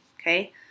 Okay